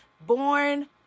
Born